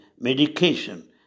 medication